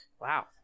wow